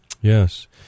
Yes